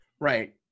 Right